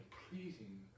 pleasing